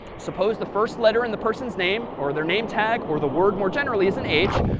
suppose the first letter in the person's name or their name tag or the word more generally is an h.